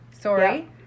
Sorry